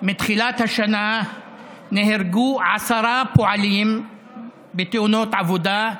מתחילת השנה נהרגו עשרה פועלים בתאונות עבודה,